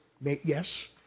yes